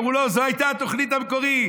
אמרו: לא, זו הייתה התוכנית המקורית.